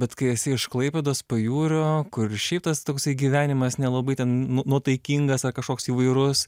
bet kai esi iš klaipėdos pajūrio kur šiaip tas toksai gyvenimas nelabai ten nu nuotaikingas ar kažkoks įvairus